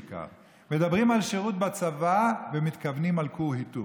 בעיקר: מדברים על גיוס לצבא ומתכוונים לכור היתוך.